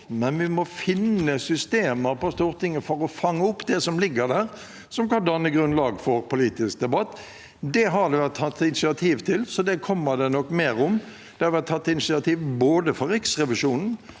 men vi må finne systemer på Stortinget til å fange opp det som ligger der og kan danne grunnlag for politisk debatt. Det har det vært tatt initiativ til, så det kommer det nok mer om. Det har vært tatt initiativ fra både Riksrevisjonen